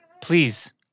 please